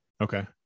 okay